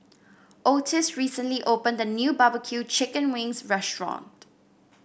Ottis recently opened a new barbecue Chicken Wings restaurant